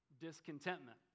discontentment